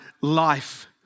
life